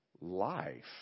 life